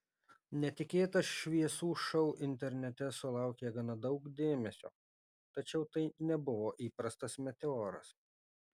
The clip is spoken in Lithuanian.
netikėtas šviesų šou internete sulaukė gana daug dėmesio tačiau tai nebuvo įprastas meteoras